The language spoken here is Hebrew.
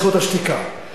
גם לי יש צרידות.